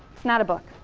it's not a book.